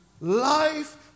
Life